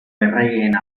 erregeen